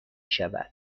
شود